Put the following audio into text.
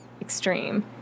extreme